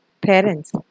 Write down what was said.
parents